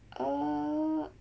uh